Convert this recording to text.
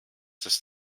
dass